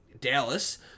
Dallas